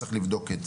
צריך לבדוק את זה.